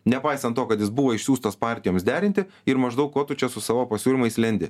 nepaisant to kad jis buvo išsiųstas partijoms derinti ir maždaug ko tu čia su savo pasiūlymais lendi